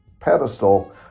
pedestal